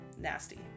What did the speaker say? nasty